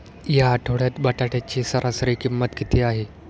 या आठवड्यात बटाट्याची सरासरी किंमत किती आहे?